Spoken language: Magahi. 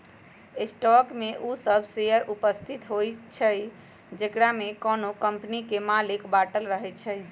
स्टॉक में उ सभ शेयर उपस्थित होइ छइ जेकरामे कोनो कम्पनी के मालिक बाटल रहै छइ